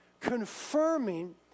confirming